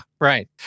right